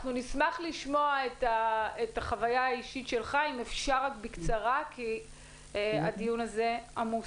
אנחנו נשמח לשמוע את החוויה האישית שלך בקצרה כי הדיון הזה עמוס.